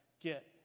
get